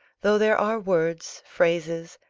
though there are words, phrases,